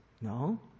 no